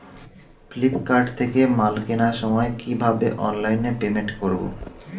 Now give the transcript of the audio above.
Flipkart থেকে মাল কেনার সময় কিভাবে অনলাইনে পেমেন্ট করব?